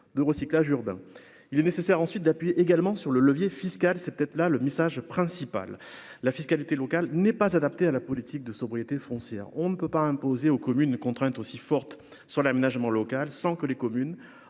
de recyclage urbain, il est nécessaire, ensuite d'appuyer également sur le levier fiscal, c'est peut-être là le message principal : la fiscalité locale n'est pas adapté à la politique de sobriété foncière, on ne peut pas imposer aux communes contraintes aussi forte sur l'aménagement local sans que les communes